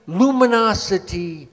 luminosity